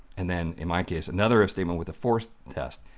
and then in my case another if statement with the fourth test.